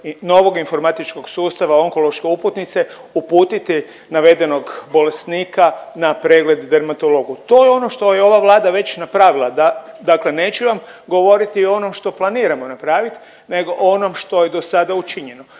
novog informatičkog sustava onkološke uputnice uputiti navedenog bolesnika na pregled dermatologu. To je ono što je ova Vlada već napravila, dakle neću vam govoriti o onom što planiramo napravit nego o onom što je dosada učinjeno,